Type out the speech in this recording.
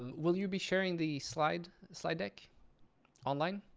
will you be sharing the slide slide deck online?